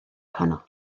ohono